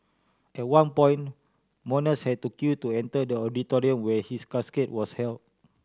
at one point mourners had to queue to enter the auditorium where his casket was held